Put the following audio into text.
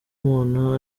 umuntu